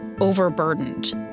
overburdened